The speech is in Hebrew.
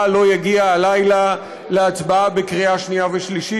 לא יגיע הלילה להצבעה בקריאה שנייה ושלישית.